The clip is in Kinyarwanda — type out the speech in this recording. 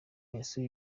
yasuye